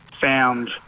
found